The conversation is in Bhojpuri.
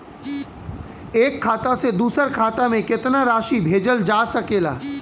एक खाता से दूसर खाता में केतना राशि भेजल जा सके ला?